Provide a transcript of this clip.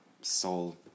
soul